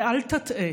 ואל תַטעה,